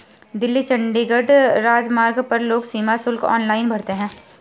दिल्ली चंडीगढ़ राजमार्ग पर लोग सीमा शुल्क ऑनलाइन भरते हैं